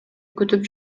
күтүп